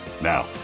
Now